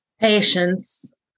Patience